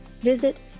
visit